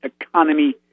economy